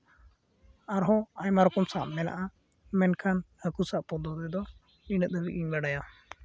ᱟᱨᱦᱚᱸ ᱟᱭᱢᱟ ᱨᱚᱠᱚᱢ ᱥᱟᱵ ᱢᱮᱱᱟᱜᱼᱟ ᱢᱮᱱᱠᱷᱟᱱ ᱦᱟᱹᱠᱩ ᱥᱟᱵ ᱯᱚᱫᱽᱫᱷᱚᱛᱤ ᱫᱚ ᱤᱱᱟᱹᱜ ᱫᱷᱟᱵᱤᱡ ᱜᱤᱧ ᱵᱟᱰᱟᱭᱟ